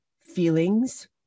feelings